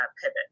pivot